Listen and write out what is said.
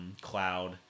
cloud